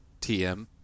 TM